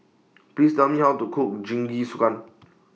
Please Tell Me How to Cook Jingisukan